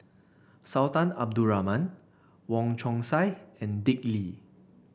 Sultan Abdul Rahman Wong Chong Sai and Dick Lee